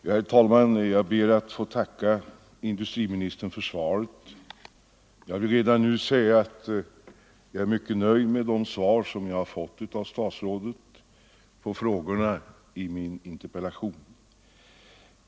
Herr talman! Jag ber att få tacka industriministern. Jag vill redan nu säga att jag är mycket nöjd med de svar som jag har fått av statsrådet på frågorna i min interpellation.